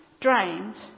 drained